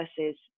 versus